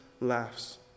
laughs